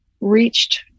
reached